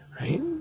Right